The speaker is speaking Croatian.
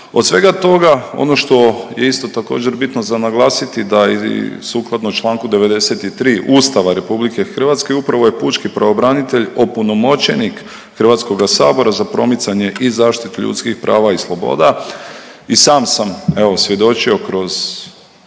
Od svega toga ono što je isto također bitno za naglasiti da i sukladno Članku 93. Ustava RH upravo je pučki pravobranitelj opunomoćenih Hrvatskoga sabora za promicanje i zaštitu ljudskih prava i sloboda. I sam sam evo svjedočio kroz